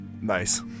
Nice